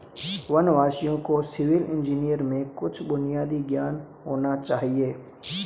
वनवासियों को civil engineering में कुछ बुनियादी ज्ञान होना चाहिए